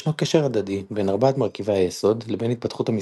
ישנו קשר הדדי בין ארבעת מרכיבי היסוד לבין התפתחות המשחק.